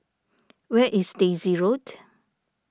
where is Daisy Road